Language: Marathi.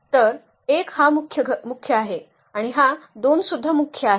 तर 1 हा मुख्य आहे आणि हा 2 सुद्धा मुख्य आहे